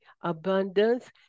abundance